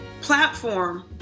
platform